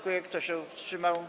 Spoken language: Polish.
Kto się wstrzymał?